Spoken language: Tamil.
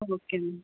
okay ma'am